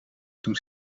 toen